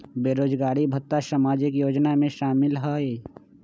बेरोजगारी भत्ता सामाजिक योजना में शामिल ह ई?